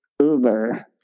Uber